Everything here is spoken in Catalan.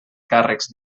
càrrecs